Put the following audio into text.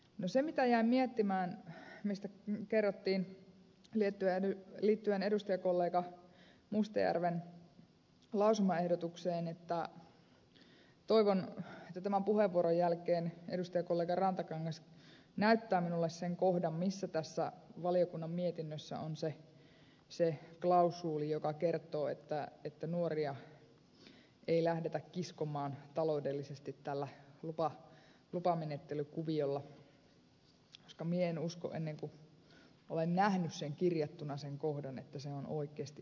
no se mitä jäin miettimään mistä kerrottiin liittyen edustajakollega mustajärven lausumaehdotukseen on se että toivon että tämän puheenvuoron jälkeen edustajakollega rantakangas näyttää minulle sen kohdan missä tässä valiokunnan mietinnössä on se klausuuli joka kertoo että nuoria ei lähdetä kiskomaan taloudellisesti tällä lupamenettelykuviolla koska minä en usko ennen kuin olen nähnyt kirjattuna sen kohdan että se on oikeasti olemassa